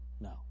No